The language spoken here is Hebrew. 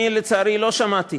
אני, לצערי, לא שמעתי